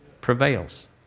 prevails